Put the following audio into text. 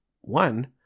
One